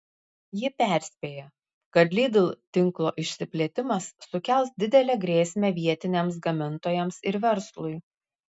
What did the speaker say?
ji perspėja kad lidl tinklo išsiplėtimas sukels didelę grėsmę vietiniams gamintojams ir verslui